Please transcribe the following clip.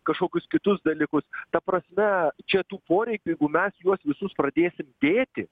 kažkokius kitus dalykus ta prasme čia tų poreikių jeigu mes juos visus pradėsim dėti